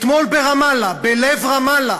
אתמול ברמאללה, בלב רמאללה,